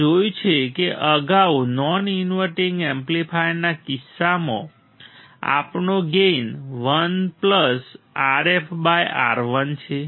આપણે જોયું છે કે અગાઉ નોન ઇન્વર્ટિંગ એમ્પ્લીફાયરના કિસ્સામાં આપણો ગેઇન 1Rf R1 છે